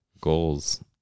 goals